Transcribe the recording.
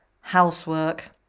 housework